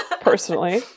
personally